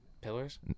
Pillars